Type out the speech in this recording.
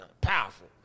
powerful